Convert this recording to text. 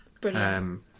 Brilliant